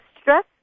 stress